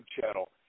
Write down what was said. channel